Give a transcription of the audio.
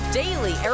daily